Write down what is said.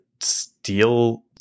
steal